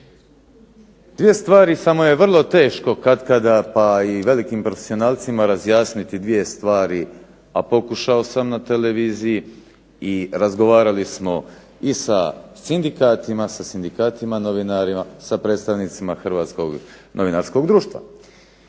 dvije stvari samo je vrlo teško katkada pa i velikim profesionalcima razjasniti dvije stvari, a pokušao sam na televiziji i razgovarali smo i sa sindikatima, sa novinarima, sa predstavnicima Hrvatskog novinarskog društva.